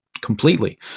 completely